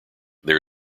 there